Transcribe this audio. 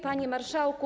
Panie Marszałku!